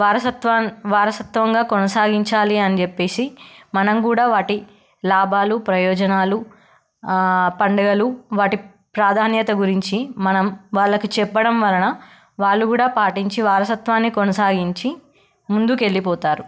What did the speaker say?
వారసత్వ వారసత్వంగా కొనసాగించాలి అని చెప్పి మనం కూడా వాటి లాభాలు ప్రయోజనాలు పండుగలు వాటి ప్రాధాన్యత గురించి మనం వాళ్ళకి చెప్పడం వలన వాళ్ళు కూడా పాటించి వారసత్వాన్ని కొనసాగించి ముందుకు వెళ్ళిపోతారు